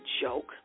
joke